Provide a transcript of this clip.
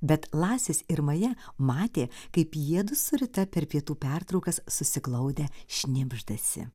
bet lasis ir maja matė kaip jiedu su rita per pietų pertraukas susiglaudę šnibždasi